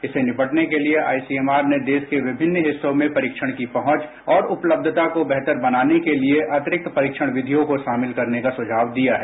इससे निपटने के लिए आईसीएमआर ने देश के विभिन्न हिस्सों में परीक्षणकी पहुंच और उपलब्यता को बेहतर बनाने के लिए अतिरिक्त परीक्षण विधियों को शामिल करनेका सुझाव दिया है